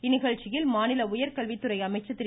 இந்நிகழ்ச்சியில் மாநில உயர்கல்வித்துறை அமைச்சர் திரு